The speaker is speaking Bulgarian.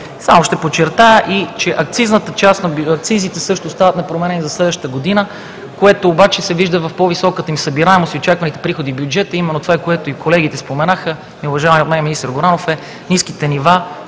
Само ще подчертая, че акцизите също остават непроменени за следващата година, което обаче се вижда в по-високата им събираемост и очакваните приходи в бюджета. Именно това, което и колегите споменаха, и уважаваният от мен министър Горанов, са ниските нива,